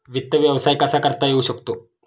वित्त व्यवसाय कसा करता येऊ शकतो?